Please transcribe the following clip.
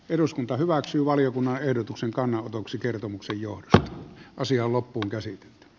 eduskunta hyväksyy valiokunnan ehdotuksen kannanotoksi kertomuksen johto osia loppuun käsin